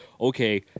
okay